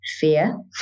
fear